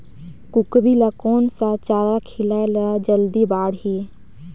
कूकरी ल कोन सा चारा खिलाय ल जल्दी बाड़ही?